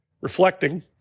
reflecting